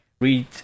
read